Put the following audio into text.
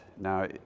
Now